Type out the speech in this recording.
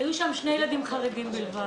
היו שם שני ילדים חרדים בלבד.